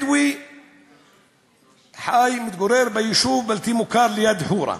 בדואי שהתגורר ביישוב בלתי מוכר ליד חורה.